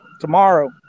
Tomorrow